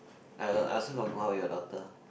I uh I also got go out with your daughter